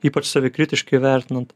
ypač savikritiškai vertinant